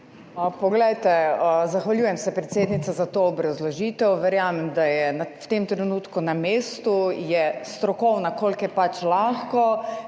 Svoboda):** Zahvaljujem se, predsednica, za to obrazložitev. Verjamem, da je v tem trenutku na mestu, je strokovna, kolikor je pač lahko